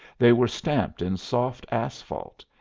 they were stamped in soft asphalt,